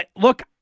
look